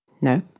No